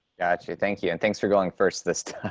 gotcha. thank you. and thanks for going first this time.